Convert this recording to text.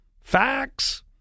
facts